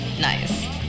Nice